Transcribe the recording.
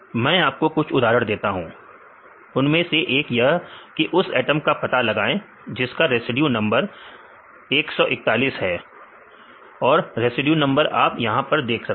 मैं आपको कुछ उदाहरण देता हूं उनमें से एक यह की उस एटम का पता लगाएं जिसका रेसिड्यू नंबर 141 है और रेसिड्यू नंबर आप यहां पर देख सकते हैं